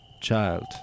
Child